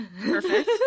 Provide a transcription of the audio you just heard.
Perfect